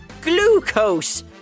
Glucose